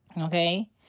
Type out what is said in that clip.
Okay